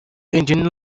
engine